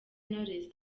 knowless